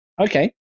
Okay